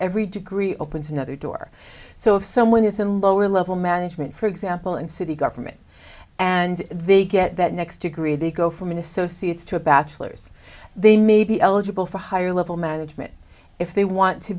every degree opens another door so if someone is in lower level management for example in city government and they get that next to career they go from an associates to a bachelor's they may be eligible for higher level management if they want to